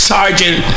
Sergeant